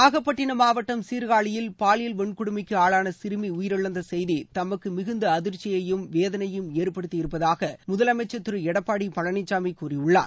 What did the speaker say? நாகப்பட்டிணம் மாவட்டம் சீர்காழியில் பாலியல் வன்கொடுமைக்கு ஆளான சிறுமி உயிரிழந்த செய்தி தமக்கு மிகுந்த அதிர்ச்சியையும் வேதனையையும் ஏற்படுத்தி இருப்பதாக முதலமைச்சர் திரு எடப்பாடி பழனிசாமி கூறியுள்ளார்